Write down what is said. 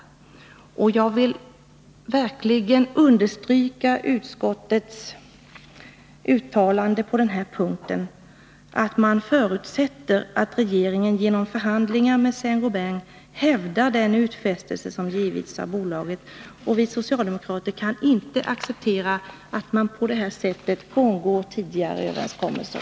Jag vill med anledning av detta verkligen understryka utskottets uttalande på denna punkt: ”Utskottet förutsätter att regeringen genom förhandlingar med Saint-Gobain hävdar den utfästelse som har givits av bolaget.” Vi socialdemokrater kan inte acceptera att bolaget på detta sätt frångår tidigare överenskommelser.